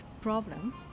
problem